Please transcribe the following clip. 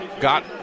got-